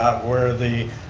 where the,